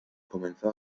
comenzó